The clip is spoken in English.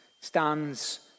stands